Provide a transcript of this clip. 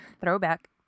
Throwback